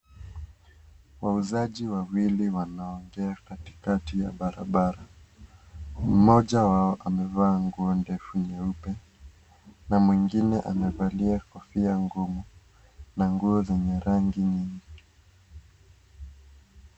Wauzaji wawili wanaongea katikati ya barabara. Mmoja wao amevaa nguo ndefu nyeupe, na mwingine amevalia kofia ngumu, na nguo zenye rangi nyingi.